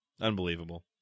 Unbelievable